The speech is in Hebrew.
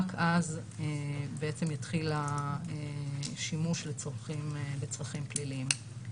רק אז בעצם יתחיל השימוש לצרכים פליליים.